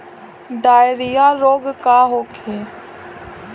Diarrhoea रोग का होखे?